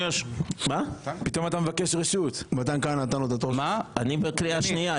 אני בקריאה שנייה.